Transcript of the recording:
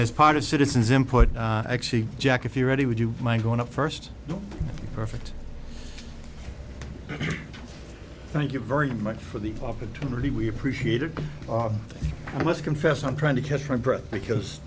as part of citizens important actually jack if you're ready would you mind going to first perfect thank you very much for the opportunity we appreciate it i must confess i'm trying to catch my breath because